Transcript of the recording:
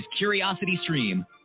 CuriosityStream